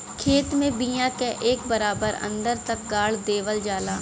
खेत में बिया के एक बराबर अन्दर तक गाड़ देवल जाला